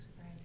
Right